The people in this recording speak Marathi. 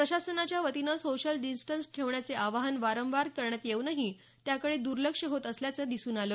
प्रशासनाच्यावतीने सोशल डिस्टन्स ठेवण्याचे आवाहन वारंवार करण्यात येऊनही त्याकडे दुर्लक्ष होत असल्याचं दिसून आल